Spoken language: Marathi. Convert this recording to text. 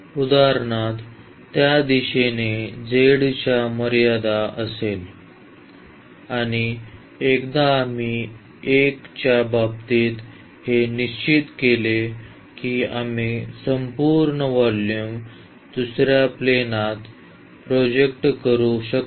उदाहरणार्थ त्या दिशेने z मर्यादा असेल आणि एकदा आम्ही 1 च्या बाबतीत हे निश्चित केले की आम्ही संपूर्ण व्हॉल्युम दुसर्या प्लेनात प्रोजेक्ट करू शकतो